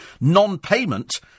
non-payment